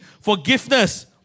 forgiveness